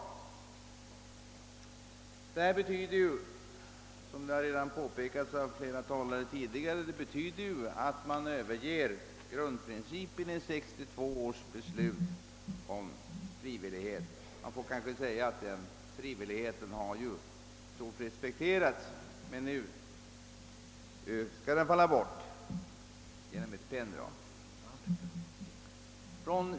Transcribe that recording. Detta betyder, som det redan har påpekats av tidigare talare, att man överger grundprincipen i 1962 års beslut, nämligen frivilligheten. Man får kanske säga att frivilligheten i stort sett har respekterats, men nu skall den strykas genom ett penndrag.